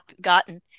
gotten